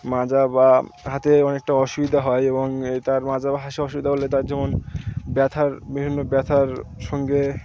মাজা বা হাতে অনেকটা অসুবিধা হয় এবং এই তার মাজা বা হাতে অসুবিধা হলে তার যেমন ব্যথার বিভিন্ন ব্যথার সঙ্গে